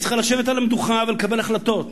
היא צריכה לשבת על המדוכה ולקבל החלטות.